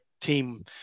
team